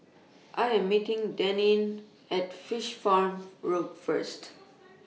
I Am meeting Deneen At Fish Farm Road First